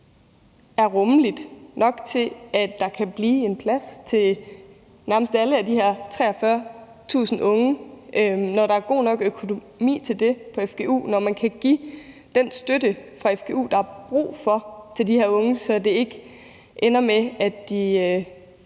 er rummeligt nok til, at der kan blive en plads til nærmest alle de her 43.000 unge, når der er god nok økonomi til det på fgu, når man kan give den støtte fra fgu, der er brug for, til de her unge, så det ikke ender med, at de